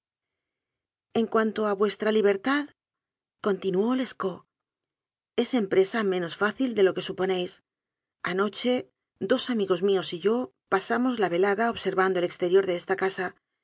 en cuanto a vuestra libertadcontinuó les caut es empresa menos fácil de lo que suponéis anoche dos amigos míos y yo pasamos la velada observando el exterior de esta casa